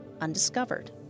undiscovered